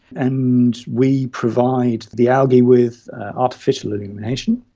and we provide the algae with artificial illumination,